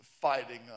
fighting